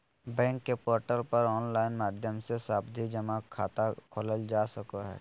bank के portal पर online माध्यम से सावधि जमा खाता खोलल जा सको हय